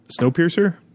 Snowpiercer